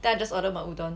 then I just order my udon